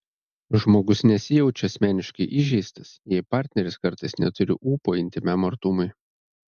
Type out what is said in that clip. žmogus nesijaučia asmeniškai įžeistas jei partneris kartais neturi ūpo intymiam artumui